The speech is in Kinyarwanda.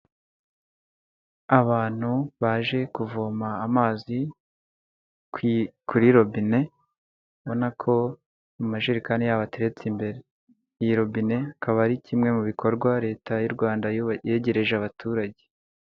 Abantu baje kuvoma amazi kuri robine, ubona ko amajerekani yabo ateretse imbere. Iyi robine akaba ari kimwe mu bikorwa leta y'u Rwanda yegereje abaturage.